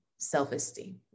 self-esteem